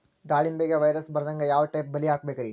ದಾಳಿಂಬೆಗೆ ವೈರಸ್ ಬರದಂಗ ಯಾವ್ ಟೈಪ್ ಬಲಿ ಹಾಕಬೇಕ್ರಿ?